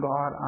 God